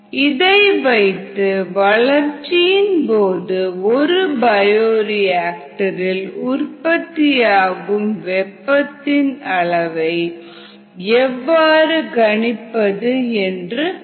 இதை வைத்து வளர்ச்சியின் போது ஒரு பயோரியாக்டரில் உற்பத்தியாகும் வெப்பத்தின் அளவை எவ்வாறு கணிப்பது என்று பார்ப்போம்